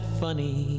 funny